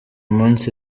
munsi